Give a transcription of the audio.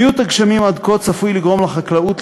מיעוט הגשמים עד כה צפוי לגרום לחקלאות,